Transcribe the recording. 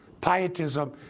Pietism